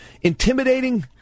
Intimidating